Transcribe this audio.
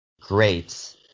Great